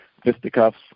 fisticuffs